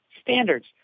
standards